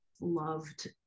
loved